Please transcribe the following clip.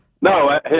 No